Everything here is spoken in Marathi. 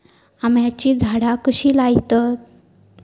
आम्याची झाडा कशी लयतत?